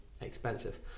expensive